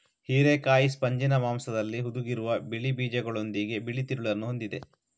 ಹಿರೇಕಾಯಿ ಸ್ಪಂಜಿನ ಮಾಂಸದಲ್ಲಿ ಹುದುಗಿರುವ ಬಿಳಿ ಬೀಜಗಳೊಂದಿಗೆ ಬಿಳಿ ತಿರುಳನ್ನ ಹೊಂದಿದೆ